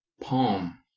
Palm